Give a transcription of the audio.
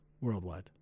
Worldwide